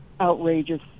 outrageous